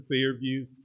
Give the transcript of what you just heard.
fairview